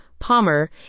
Palmer